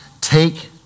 Take